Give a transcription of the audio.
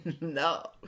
No